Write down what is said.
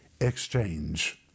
exchange